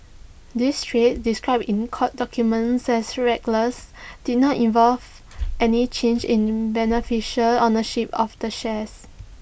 these trades described in court documents as reckless did not involve any change in beneficial ownership of the shares